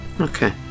Okay